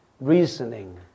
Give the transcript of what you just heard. reasoning